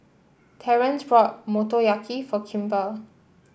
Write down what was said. Terrence bought Motoyaki for Kimber